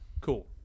Cool